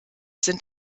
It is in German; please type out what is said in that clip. sind